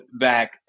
back